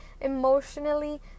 emotionally